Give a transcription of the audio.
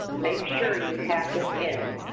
make sure you have this in,